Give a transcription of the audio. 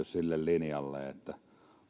sille linjalle että